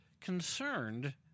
concerned